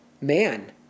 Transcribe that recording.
man